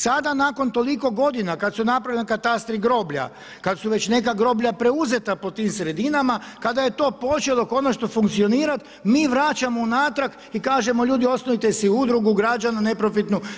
Sada nakon toliko godina kad su napravljeni katastri i groblja, kad su već neka groblja preuzeta po tim sredinama, kada je to počelo konačno funkcionirati mi vraćamo unatrag i kažemo ljudi osnujte si udrugu građana neprofitnu.